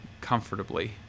comfortably